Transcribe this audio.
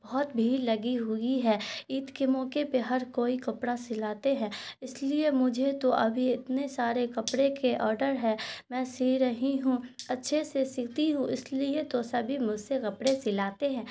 بہت بھیڑ لگی ہوئی ہے عید کے موقع پہ ہر کوئی کپڑا سلاتے ہیں اس لیے مجھے تو ابھی اتنے سارے کپڑے کے آڈر ہے میں سی رہی ہوں اچھے سے سیتی ہوں اس لیے تو سبھی مجھ سے کپڑے سلاتے ہیں